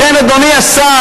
לכן, אדוני השר,